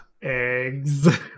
eggs